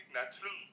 natural